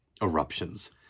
eruptions